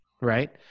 Right